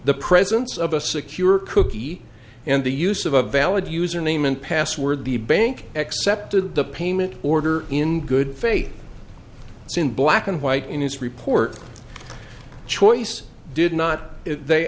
the presence of a secure cookie and the use of a valid username and password the bank accepted the payment order in good faith seen black and white in his report choice did not they